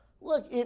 Look